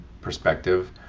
perspective